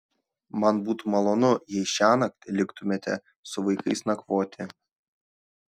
man būtų malonu jei šiąnakt liktumėte su vaikais nakvoti